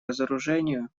разоружению